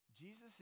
Jesus